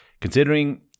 considering